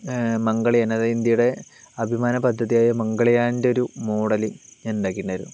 മംഗൽയാൻ അതായത് ഇന്ത്യയുടെ അഭിമാന പദ്ധതിയായ മംഗൽയാൻ്റെ ഒരു മോഡൽ ഞാൻ ഉണ്ടാക്കിയിട്ടുണ്ടായിരുന്നു